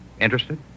Interested